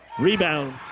Rebound